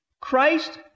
Christ